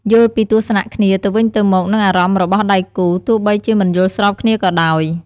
យល់ពីទស្សនៈគ្នាទៅវិញទៅមក និងអារម្មណ៍របស់ដៃគូ ទោះបីជាមិនយល់ស្របគ្នាក៏ដោយ។